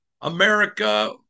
America